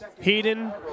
Heaton